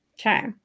okay